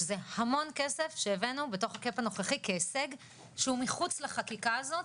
שזה המון כסף שהבאנו בתוך ה-cap הנוכחי כהישג שהוא מחוץ לחקיקה הזאת